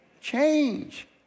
change